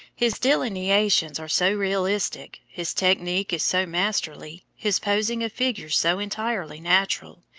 his delineations are so realistic, his technique is so masterly, his posing of figures so entirely natural,